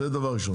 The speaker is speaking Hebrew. זה דבר ראשון.